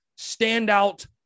standout